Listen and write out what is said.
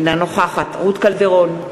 אינה נוכחת רות קלדרון,